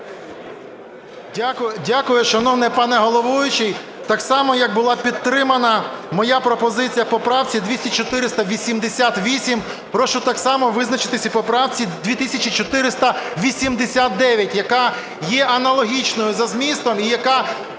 Дякую, шановний пане головуючий. Так само, як була підтримана моя пропозиція по правці 2488, прошу так само визначитися і по правці 2489, яка є аналогічною за змістом і яка